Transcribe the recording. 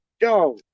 yo